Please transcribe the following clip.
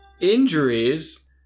injuries